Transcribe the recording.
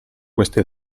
queste